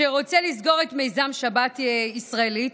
שרוצה לסגור את מיזם שבת ישראלית,